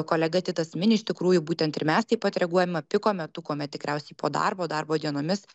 kolega titas mini iš tikrųjų būtent ir mes taip pat reaguojame piko metu kuomet tikriausiai po darbo darbo dienomis